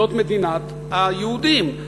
זאת מדינת היהודים,